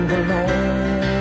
alone